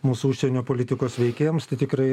mūsų užsienio politikos veikėjams tai tikrai